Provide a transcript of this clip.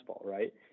right